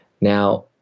Now